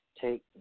Take